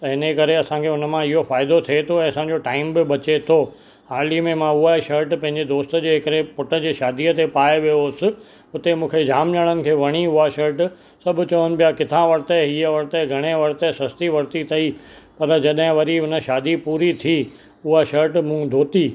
त इनकरे असांखे हुन मां इहो फ़ाइदो थिए थो ऐं असांजो टाइम बि बचे थो हाली में मां उहा शट पंहिंजे दोस्त जे हिकिड़े पुट जे शादीअ ते पाए वियो हुअसि हुते मूंखे जाम ॼणनि खे वणी उहा शट सभु चवनि पिया किथां वरितई इहे वरितई घणे वरितई सस्ती वरिती अथई पर जॾहिं वरी हुन शादी पूरी थी उहा शट मूं धोती